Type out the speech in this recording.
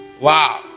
Wow